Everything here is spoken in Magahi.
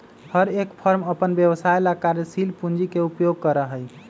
हर एक फर्म अपन व्यवसाय ला कार्यशील पूंजी के उपयोग करा हई